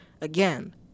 again